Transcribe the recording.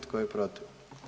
Tko je protiv?